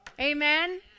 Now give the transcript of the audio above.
Amen